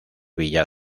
villa